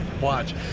Watch